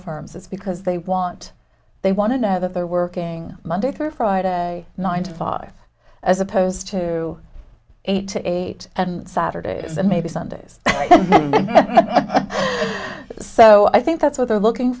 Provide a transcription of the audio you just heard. firms it's because they want they want to know that they're working monday through friday nine to five as opposed to eight to eight and saturdays and maybe sundays so i think that's what they're looking